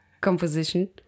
composition